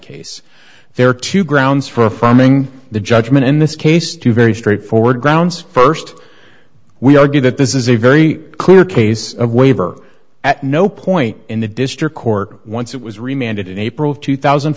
case there are two grounds for affirming the judgment in this case two very straightforward grounds st we argue that this is a very clear case of waiver at no point in the district court once it was remanded in april of two thousand